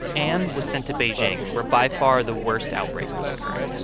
anne was sent to beijing where, by far, the worst outbreak was occurring.